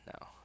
No